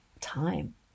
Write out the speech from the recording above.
time